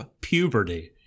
Puberty